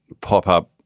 pop-up